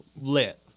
lit